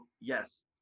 yes